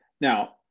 Now